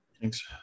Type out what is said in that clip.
Thanks